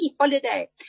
holiday